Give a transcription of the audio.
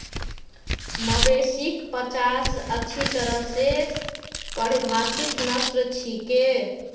मवेशिक पचास अच्छी तरह स परिभाषित नस्ल छिके